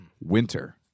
Winter